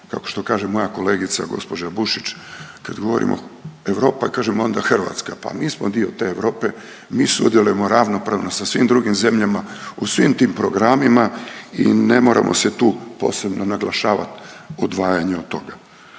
kao što kaže moja kolegica gospođa Bušić, kad govorimo Europa kažem onda Hrvatska. Pa mi smo dio te Europe, mi sudjelujemo ravnopravno sa svim drugim zemljama u svim tim programima i ne moramo se tu posebno naglašavat odvajanje od toga.